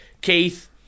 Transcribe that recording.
Keith